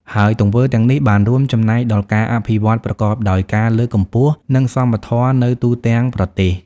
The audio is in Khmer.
ហើយទង្វើទាំងនេះ បានរួមចំណែកដល់ការអភិវឌ្ឍប្រកបដោយការលើកកម្ពស់ និងសមធម៌នៅទូទាំងប្រទេស។